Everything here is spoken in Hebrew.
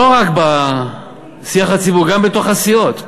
לא רק בשיח הציבורי, גם בתוך הסיעות.